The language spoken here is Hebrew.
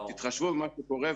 תתחשבו במה שקורה.